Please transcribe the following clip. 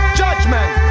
judgment